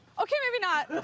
okay, maybe not.